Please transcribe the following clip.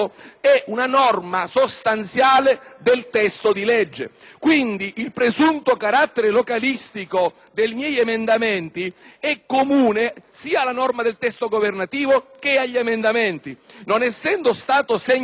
il presunto carattere localistico dei miei emendamenti è comune sia alla norma del testo governativo che agli emendamenti. Non essendo stata segnalata dal Presidente del Senato in fase preliminare